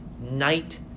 night